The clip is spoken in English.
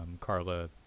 Carla